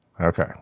Okay